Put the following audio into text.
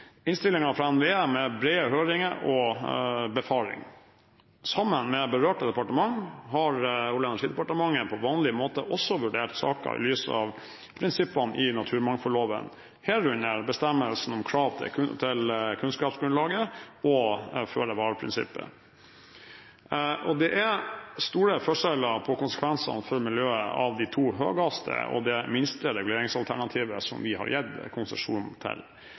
fra NVE, med brede høringer, og befaring. Sammen med berørte departement har Olje- og energidepartementet på vanlig måte også vurdert saken i lys av prinsippene i naturmangfoldloven, herunder bestemmelsen om krav til kunnskapsgrunnlaget og føre-var-prinsippet. Det er store forskjeller på konsekvensene for miljøet av de to høyeste og det minste reguleringsalternativet som vi har gitt konsesjon til,